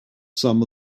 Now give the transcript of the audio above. some